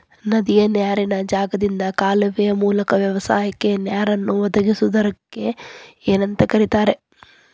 ನದಿಯ ನೇರಿನ ಜಾಗದಿಂದ ಕಾಲುವೆಯ ಮೂಲಕ ವ್ಯವಸಾಯಕ್ಕ ನೇರನ್ನು ಒದಗಿಸುವುದಕ್ಕ ಏನಂತ ಕರಿತಾರೇ?